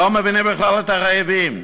לא מבינים בכלל את הרעבים.